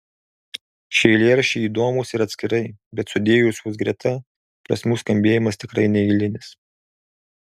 šie eilėraščiai įdomūs ir atskirai bet sudėjus juos greta prasmių skambėjimas tikrai neeilinis